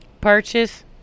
Purchase